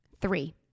Three